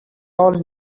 all